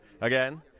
again